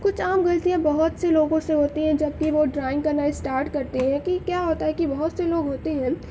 کچھ عام غلطیاں بہت سے لوگوں سے ہوتی ہیں جب کہ وہ ڈرائنگ کرنا اسٹارٹ کرتے ہیں کہ کیا ہوتا ہے کہ بہت سے لوگ ہوتے ہیں